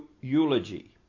eulogy